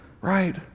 right